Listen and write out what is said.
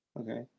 okay